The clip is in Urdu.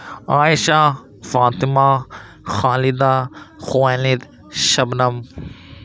عائشہ فاطمہ خالدہ خالد شبنم